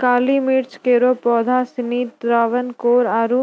काली मिर्च केरो पौधा सिनी त्रावणकोर आरु